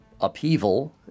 upheaval